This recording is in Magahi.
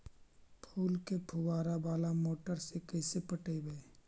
फूल के फुवारा बाला मोटर से कैसे पटइबै?